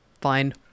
Fine